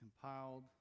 compiled